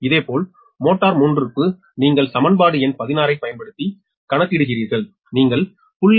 இதேபோல் மோட்டார் 3 க்கு நீங்கள் சமன்பாடு எண் 16 ஐப் பயன்படுத்தி கணக்கிடுகிறீர்கள் நீங்கள் 0